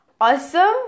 awesome